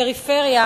פריפריה